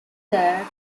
the